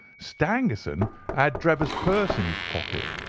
stangerson had drebber's purse in his pocket,